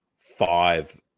five